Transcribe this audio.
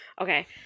Okay